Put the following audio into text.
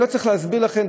אני לא צריך להסביר לכם,